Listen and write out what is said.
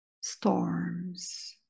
storms